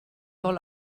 vol